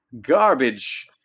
garbage